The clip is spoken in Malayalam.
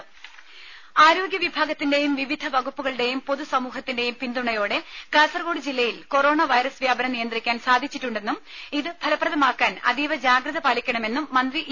ദരര ആരോഗ്യ വിഭാഗത്തിന്റെയും വിവിധ വകുപ്പുകളുടെയും പൊതുസമൂഹത്തിന്റെയും പിന്തുണയോടെ കാസർകോട് ജില്ലയിൽ കൊറോണ വൈറസ് വ്യാപനം നിയന്ത്രിക്കാൻ സാധിച്ചിട്ടുണ്ടെന്നും ഇത് ഫല പ്രദമാക്കാൻ അതീവ ജാഗ്രത പാലിക്കണമെന്നും മന്ത്രി ഇ